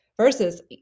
Versus